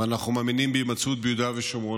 ואנחנו מאמינים בהימצאות ביהודה ושומרון